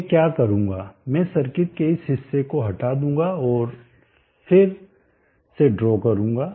मैं क्या करूंगा मैं सर्किट के इस हिस्से को हटा दूंगा और इसे फिर से ड्रा करूंगा